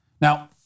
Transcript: Now